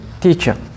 teacher